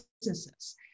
businesses